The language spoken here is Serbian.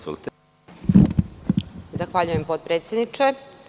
Zahvaljujem potpredsedniče.